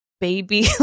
baby